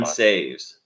saves